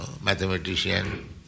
mathematician